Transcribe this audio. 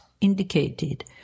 indicated